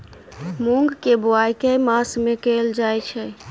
मूँग केँ बोवाई केँ मास मे कैल जाएँ छैय?